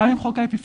גם עם חוק האפיפן,